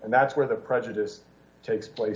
and that's where the prejudice takes place